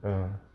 um